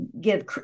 give